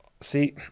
see